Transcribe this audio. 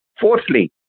Fourthly